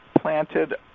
planted